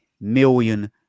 million